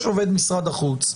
יש עובד משרד החוץ,